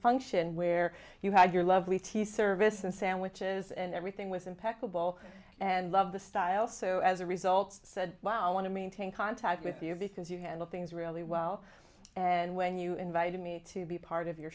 function where you had your lovely tea service and sandwiches and everything was impeccable and love the style so as a result said wow i want to maintain contact with you because you handle things really well and when you invited me to be part of your